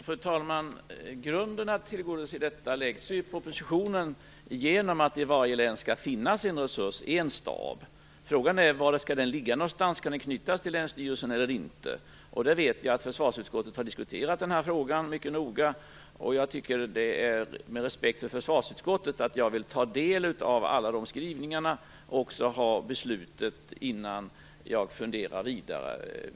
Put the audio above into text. Fru talman! Grunden för att tillgodose detta läggs ju i propositionen genom att det i varje län skall finnas en stab. Frågan är var den skall ligga någonstans och om den skall knytas till länsstyrelsen eller inte. Jag vet att försvarsutskottet har diskuterat frågan mycket noga. Med respekt för försvarsutskottet vill jag ta del av utskottets skrivningar och beslutet innan jag funderar vidare.